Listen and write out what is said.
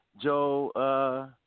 Joe